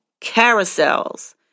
carousels